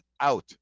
out